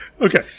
okay